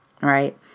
Right